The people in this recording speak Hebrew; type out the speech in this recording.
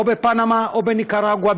או בפנמה או בניקרגואה,